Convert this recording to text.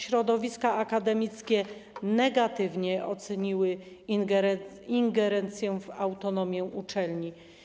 Środowiska akademickie negatywnie oceniły ingerencję w autonomię uczelni.